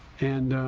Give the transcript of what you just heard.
and